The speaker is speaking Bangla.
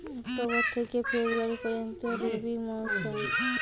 অক্টোবর থেকে ফেব্রুয়ারি পর্যন্ত রবি মৌসুম